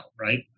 right